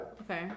Okay